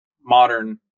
modern